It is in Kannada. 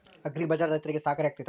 ಅಗ್ರಿ ಬಜಾರ್ ರೈತರಿಗೆ ಸಹಕಾರಿ ಆಗ್ತೈತಾ?